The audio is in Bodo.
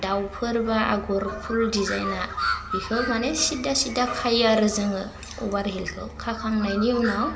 दाउफोरबा आगर फुल डिजाइन्टआ बेखौ मानि सिद्दा सिद्दा खायोे आरो जोङो अबार हिलखौ खाखांनायनि उनाव